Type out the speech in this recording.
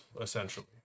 essentially